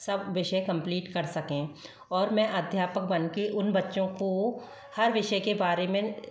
सब विषय कम्प्लीट कर सकें और मैं अध्यापक बनके उन बच्चों को हर विषय के बारे में